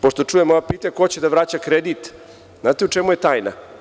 Pošto čujem da pitaju ko će da vraća kredit, znate li u čemu je tajna?